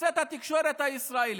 יוצאת התקשורת הישראלית,